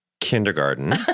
Kindergarten